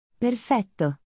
Perfetto